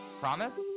Promise